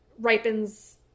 ripens